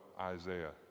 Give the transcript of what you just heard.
Isaiah